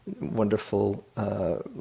wonderful